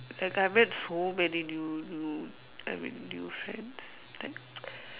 like I met so many new new I mean new friends like